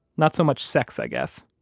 not so much sex, i guess.